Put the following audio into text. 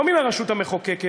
לא מן הרשות המחוקקת,